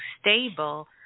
stable